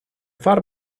thought